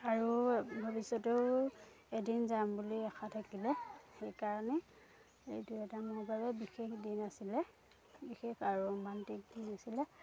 আৰু ভৱিষ্যতেও এদিন যাম বুলি আশা থাকিলে সেইকাৰণে এইটো এটা মোৰ বাবে বিশেষ দিন আছিলে বিশেষ আৰু ৰোমাণ্টিক দিন আছিলে